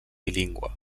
bilingüe